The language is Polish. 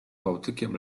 bałtykiem